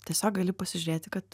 tiesiog gali pasižiūrėti kad